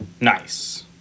Nice